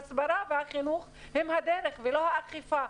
ולכן, ההסברה והחינוך הם הדרך ולא האכיפה.